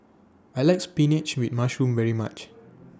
I like Spinach with Mushroom very much